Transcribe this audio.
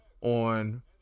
on